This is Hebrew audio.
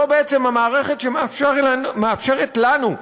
זו בעצם המערכת שמאפשרת לנו,